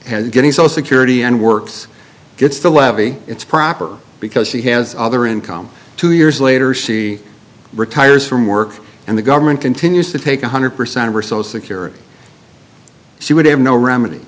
has getting so security and works gets the levy it's proper because she has other income two years later she retires from work and the government continues to take one hundred percent or so security she would have no remedy